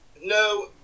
No